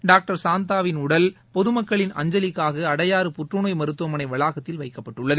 doctor சாந்தாவின் உடல் பொதுமக்களின் அஞ்சலிக்காக அடையாறு புற்றுநோய் மருத்துவமனை வளாகத்தில் வைக்கப்பட்டுள்ளது